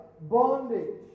bondage